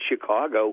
Chicago